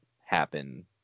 happen